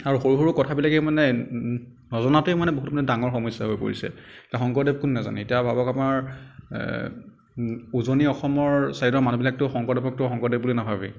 আৰু সৰু সৰু কথাবিলাকেই মানে নজনাটোৱেই মানে বহুত মানে ডাঙৰ সমস্য়া হৈ পৰিছে এতিয়া শংকৰদেৱ কোন নাজানে এতিয়া ভাৱক আমাৰ উজনি অসমৰ চাইডৰ মানুহবিলাকেতো শংকৰদেৱকতো শংকৰদেৱ বুলি নাভাবেই